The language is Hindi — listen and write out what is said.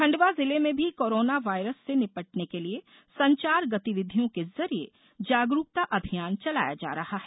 खंडवा जिले में भी कोरोना वायरस से निपटने के लिए संचार गतिविधियों के जरिए जागरूकता अभियान चलाया जा रहा है